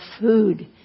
food